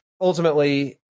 ultimately